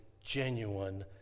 genuine